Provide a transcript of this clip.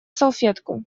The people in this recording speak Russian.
салфетку